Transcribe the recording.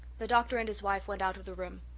the doctor and his wife went out of the room.